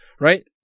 right